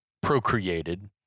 procreated